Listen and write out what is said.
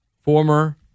former